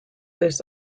this